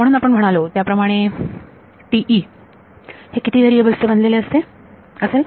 म्हणूनआपण म्हणालो त्याप्रमाणे TE हे किती व्हेरिएबल्स ने बनलेले असेल